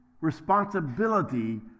responsibility